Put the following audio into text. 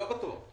לא בטוח.